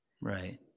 Right